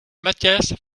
matthias